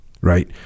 right